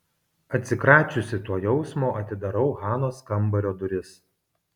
atsikračiusi to jausmo atidarau hanos kambario duris